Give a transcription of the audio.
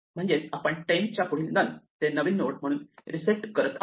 म्हणजेच आपण टेम्पच्या पुढील हे नन ते नवीन नोड म्हणून रिसेट करत आहोत